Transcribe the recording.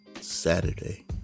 Saturday